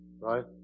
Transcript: Right